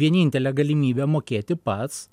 vienintelę galimybę mokėti pats